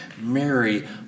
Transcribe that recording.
Mary